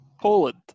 Poland